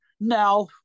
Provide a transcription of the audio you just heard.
Now